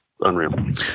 unreal